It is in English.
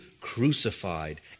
crucified